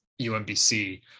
umbc